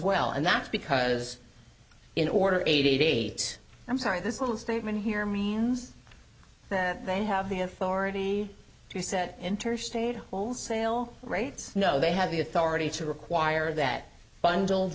well and that's because in order eight i'm sorry this little statement here means that they have the authority to set interstate wholesale rates know they have the authority to require that bundle